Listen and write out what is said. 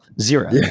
zero